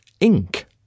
ink